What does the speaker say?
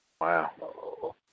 Wow